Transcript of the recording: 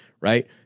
right